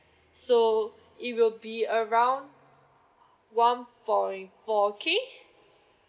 so it will be around one point four K